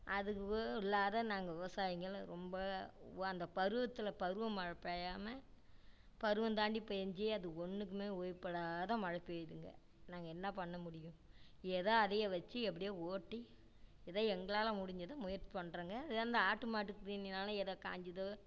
அது ஓ இல்லாது நாங்கள் விவசாயிங்களும் ரொம்ப வ அந்த பருவத்தில் பருவ மழை பெய்யாமல் பருவம் தாண்டி பெஞ்சு அது ஒன்றுக்குமே உபயோகப்படாத மழை பெதுங்க நாங்கள் என்ன பண்ண முடியும் ஏதோ அதையே வச்சு எப்படியோ ஓட்டி ஏதோ எங்களால் முடிஞ்சதை முயற்சி பண்ணுறோங்க ஏதோ இந்த ஆட்டு மாட்டுக்கு தீனினாலும் ஏதோ காஞ்சுதோ